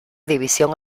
división